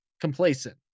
complacent